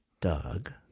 Doug